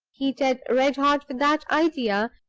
heated red-hot with that idea,